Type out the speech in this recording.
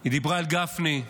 היא דיברה אל גפני,